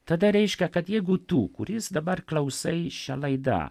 tada reiškia kad jeigu tu kuris dabar klausai šia laida